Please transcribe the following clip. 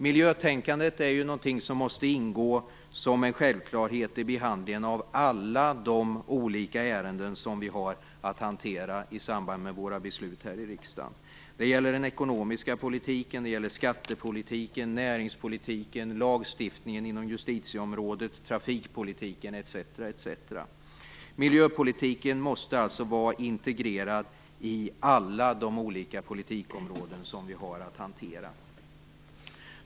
Miljötänkandet måste ingå som en självklarhet i behandlingen av alla de olika ärenden som vi har att hantera i samband med våra beslut här i riksdagen. Det gäller den ekonomiska politiken, skattepolitiken, näringspolitiken, lagstiftningen inom justitieområdet, trafikpolitiken, etc. Miljöpolitiken måste var integrerad i alla de olika politikområden vi har att hantera.